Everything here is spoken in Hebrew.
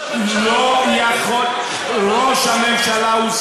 מי אמר שראש הממשלה יטפל בזה?